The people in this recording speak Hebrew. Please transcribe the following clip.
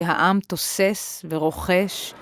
העם תוסס ורוחש.